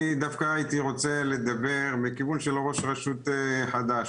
אני דווקא הייתי רוצה לדבר מכיוון של ראש רשות חדש,